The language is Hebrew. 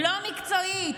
לא מקצועית.